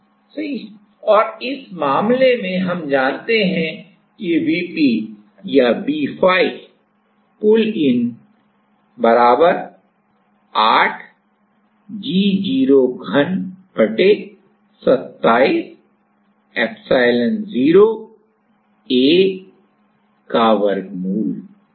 सही है और उस मामले में हम जानते हैं कि Vp या phi पुल इन के बराबर होता है